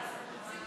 דסטה גדי